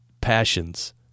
passions